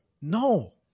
No